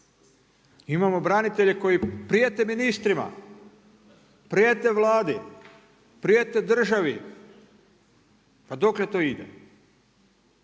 Imamo branitelje koje prijete ministrima, prijete Vladi, prijete državi, pa dokle to ide?